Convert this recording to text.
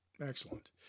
Excellent